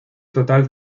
total